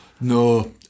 No